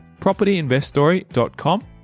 propertyinveststory.com